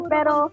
Pero